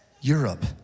Europe